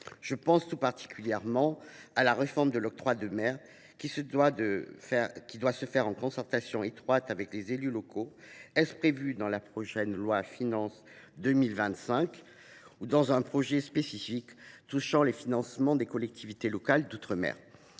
Je pense tout particulièrement à la réforme de l’octroi de mer, qui doit se faire en concertation étroite avec les élus locaux. Est ce prévu dans la prochaine loi de finances pour 2025 ou dans un projet de loi spécifique touchant les financements des collectivités locales d’outre mer ?